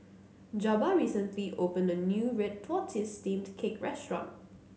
Jabbar recently opened a new Red Tortoise Steamed Cake restaurant